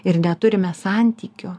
ir neturime santykio